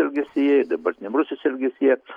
elgesyje ir dabartiniam rusijos elgesyje